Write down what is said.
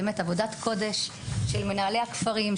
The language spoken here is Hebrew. באמת עבודת קודש של מנהלי הכפרים,